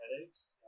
headaches